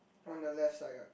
on the left side ah